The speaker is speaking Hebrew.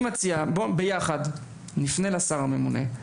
אבל אני מציע שנפנה ביחד לשר הממונה,